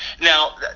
Now